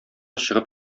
чыгып